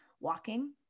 walking